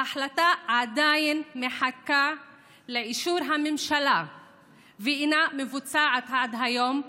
ההחלטה עדיין מחכה לאישור הממשלה ואינה מבוצעת עד היום.